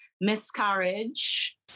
miscarriage